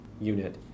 unit